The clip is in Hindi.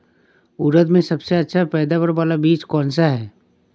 उड़द में सबसे अच्छा पैदावार वाला बीज कौन सा है?